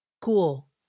Cool